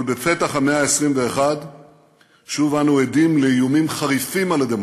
אבל בפתח המאה ה-21 שוב אנו עדים לאיומים חריפים על הדמוקרטיה.